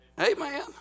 Amen